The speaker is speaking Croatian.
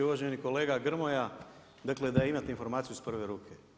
Uvaženi kolega Grmoja, dakle da imate informaciju iz prve ruke.